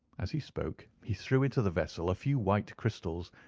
as he spoke, he threw into the vessel a few white crystals,